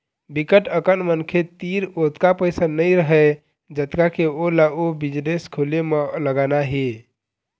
बिकट अकन मनखे तीर ओतका पइसा नइ रहय जतका के ओला ओ बिजनेस खोले म लगाना हे